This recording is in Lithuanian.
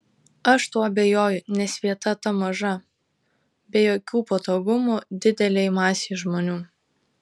aš tuo abejoju nes vieta ta maža be jokių patogumų didelei masei žmonių